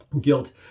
guilt